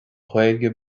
ghaeilge